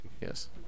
Yes